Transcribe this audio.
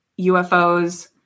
UFOs